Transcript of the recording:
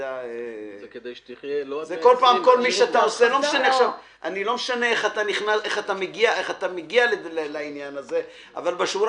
לא משנה איך אתה מגיע לעניין הזה אבל בשורה